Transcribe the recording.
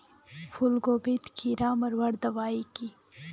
फूलगोभीत कीड़ा मारवार दबाई की?